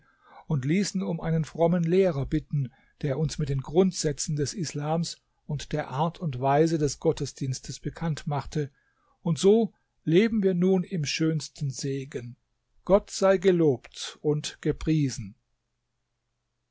und ließen um einen frommen lehrer bitten der uns mit den grundsätzen des islams und der art und weise des gottesdienstes bekannt machte und so leben wir nun im schönsten segen gott sei gelobt und gepriesen